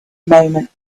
moment